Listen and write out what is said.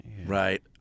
Right